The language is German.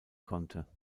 konnte